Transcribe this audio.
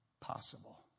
possible